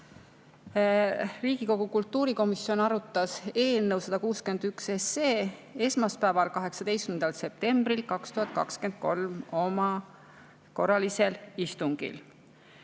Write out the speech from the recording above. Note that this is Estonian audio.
Riigikogu kultuurikomisjon arutas eelnõu 161 esmaspäeval, 18. septembril 2023 oma korralisel istungil.